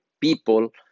people